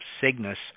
Cygnus